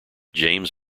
james